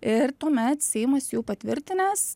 ir tuomet seimas jau patvirtinęs